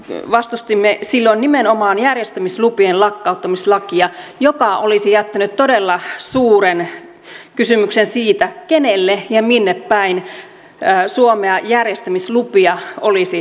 vastustimme silloin nimenomaan järjestämislupien lakkauttamislakia joka olisi jättänyt todella suuren kysymyksen siitä kenelle ja minnepäin suomea järjestämislupia olisi annettu